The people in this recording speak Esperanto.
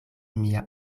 mia